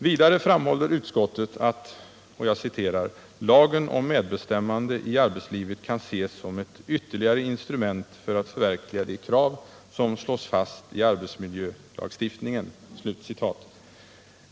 Vidare framhåller utskottet att lagen om medbestämmande i arbetslivet ”kan ses som ett ytterligare instrument för att förverkliga de krav som slås fast i arbetsmiljölagstiftningen”.